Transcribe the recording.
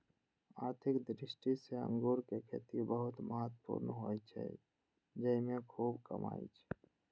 आर्थिक दृष्टि सं अंगूरक खेती बहुत महत्वपूर्ण होइ छै, जेइमे खूब कमाई छै